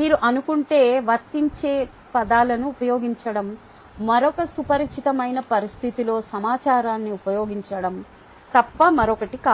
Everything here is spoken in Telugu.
మీరు అనుకుంటే వర్తించే పదాలను ఉపయోగించడం మరొక సుపరిచితమైన పరిస్థితిలో సమాచారాన్ని ఉపయోగించడం తప్ప మరొకటి కాదు